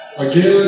again